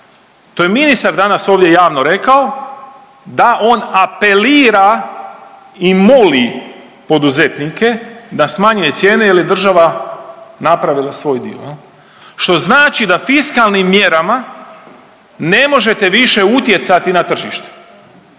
To je ministar danas ovdje javno rekao da on apelira i moli poduzetnike da smanji cijene jer je država napravila svoj dio, što znači da fiskalnim mjerama ne možete više utjecati na tržište.